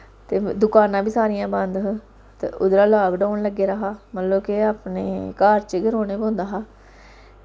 ते दकानां बी सारियां बंद हा ते उद्धरा लाकडाउन लग्गे दा हा मतलब के अपने घर च गै रौह्ने पौंदा हा